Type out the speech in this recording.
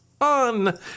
on